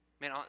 Man